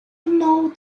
know